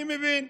אני מבין,